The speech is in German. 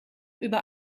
über